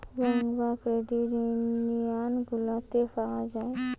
bank বা credit union গুলাতে পাওয়া যায়